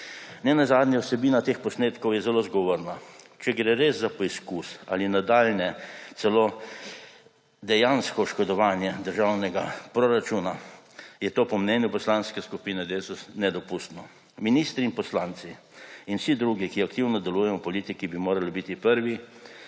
Nenazadnje vsebina teh posnetkov je zelo zgovorna. Če gre res za poskus ali nadaljnje celo dejansko oškodovanje državnega proračuna, je to po mnenju Poslanske skupine Desus nedopustno. Minister in poslanci in vsi drugi, ki aktivno delujemo v politiki, bi morali biti prvi,